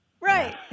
Right